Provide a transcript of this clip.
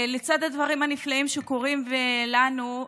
לצד הדברים הנפלאים שקורים לנו,